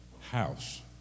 house